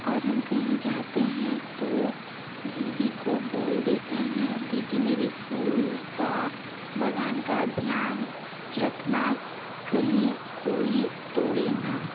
और हम कहीं जाते हैं तो दीदी को बोल देते हैं दीदी मेरे फूल का बगान का ध्यान रखना कहीं कोई तोड़े न